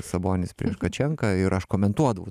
sabonis prieš kačenką ir aš komentuodavau